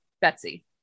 betsy